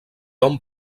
hom